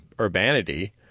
urbanity